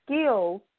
skills